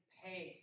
pay